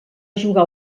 jugar